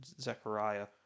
Zechariah